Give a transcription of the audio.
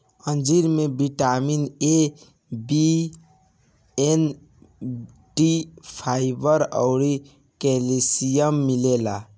अंजीर में vitamin A, B one, B two, fibre अउरी कैल्शियम मिलेला